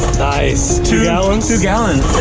nice. two gallons? two gallons.